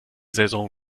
saison